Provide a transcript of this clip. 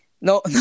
No